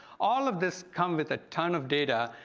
all of this come with a ton of data,